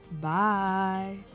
bye